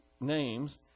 names